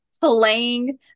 playing